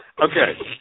Okay